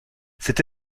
cette